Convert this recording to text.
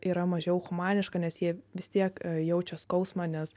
yra mažiau humaniška nes jie vis tiek jaučia skausmą nes